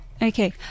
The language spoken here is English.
Okay